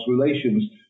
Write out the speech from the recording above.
relations